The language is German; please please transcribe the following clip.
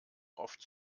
oft